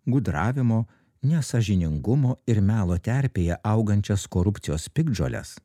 gudravimo nesąžiningumo ir melo terpėje augančias korupcijos piktžoles